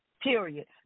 Period